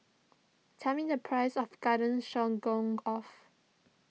tell me the price of Garden Stroganoff